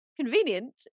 convenient